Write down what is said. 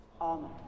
Amen